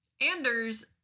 Anders